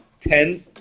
Ten